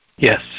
Yes